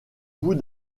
bout